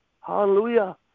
Hallelujah